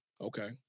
Okay